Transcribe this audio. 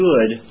good